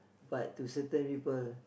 but to certain people